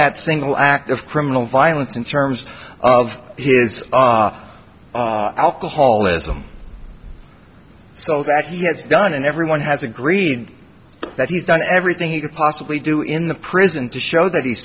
that single act of criminal violence in terms of his alcoholism so that he has done and everyone has agreed that he's done everything he could possibly do in the prison to show that he